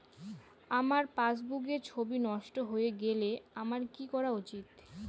আমার পাসবুকের ছবি নষ্ট হয়ে গেলে আমার কী করা উচিৎ?